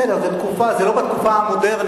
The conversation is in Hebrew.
בסדר, זה תקופה, זה לא בתקופה המודרנית.